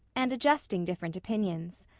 and adjusting different opinions.